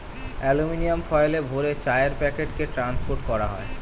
aluminium ফয়েলে ভরে চায়ের প্যাকেটকে ট্রান্সপোর্ট করা হয়